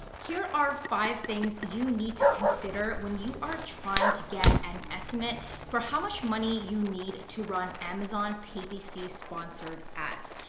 here are five things you need to consider when you are trying to get an estimate for how much you need to run amazon ppc sponsored ads.